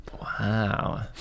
Wow